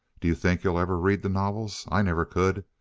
do you think he'll ever read the novels? i never could.